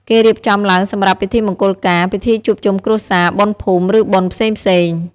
គេរៀបចំឡើងសម្រាប់ ពិធីមង្គលការ ពិធីជួបជុំគ្រួសារ បុណ្យភូមិ ឬបុណ្យផ្សេងៗ ។